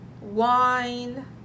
wine